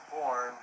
born